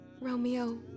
Romeo